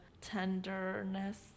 tenderness